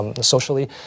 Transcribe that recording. socially